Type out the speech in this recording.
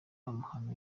amahano